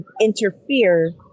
interfere